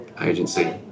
agency